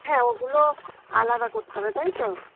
হ্যাঁ ওগুলো আলাদা করতে হবে তাই তো